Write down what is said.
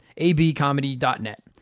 abcomedy.net